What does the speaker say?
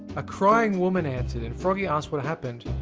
a crying woman answered, and froggy asked what happened,